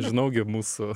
žinau gi mūsų